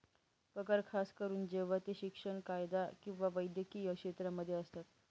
पगार खास करून जेव्हा ते शिक्षण, कायदा किंवा वैद्यकीय क्षेत्रांमध्ये असतात